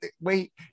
wait